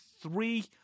three